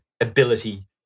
ability